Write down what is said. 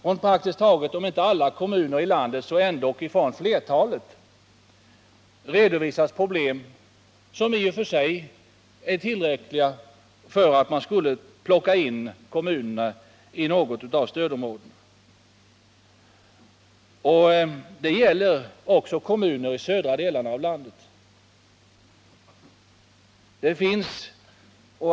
Från flertalet kommuner i landet redovisas problem som i och för sig är tillräckliga för att man skall placera in kommunerna i något av stödområdena. Det gäller också kommuner i södra delarna av landet.